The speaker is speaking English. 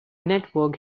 network